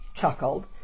chuckled